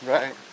Right